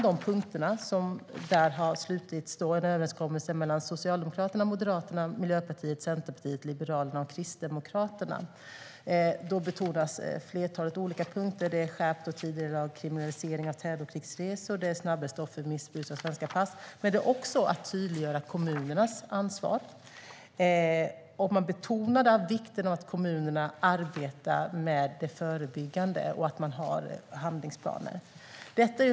Det var en överenskommelse mellan Socialdemokraterna, Moderaterna, Miljöpartiet, Centerpartiet, Liberalerna och Kristdemokraterna. Där betonas flera olika punkter. Det är skärpt och tidigarelagd kriminalisering av terrorkrigsresor. Det är snabbare stopp för missbruk av svenska pass. Men det handlar också om att tydliggöra kommunernas ansvar. Man betonar vikten av att kommunerna arbetar med det förebyggande och har handlingsplaner.